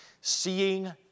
Seeing